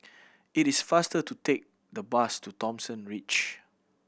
it is faster to take the bus to Thomson Ridge